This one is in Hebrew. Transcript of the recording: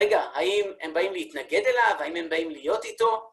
רגע, האם הם באים להתנגד אליו? האם הם באים להיות איתו?